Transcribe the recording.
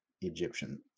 egyptian